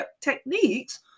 techniques